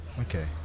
Okay